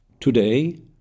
today